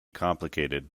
complicated